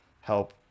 help